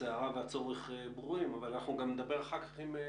הסערה והצורך ברורים, אחר כך נדבר גם עם